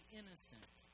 innocent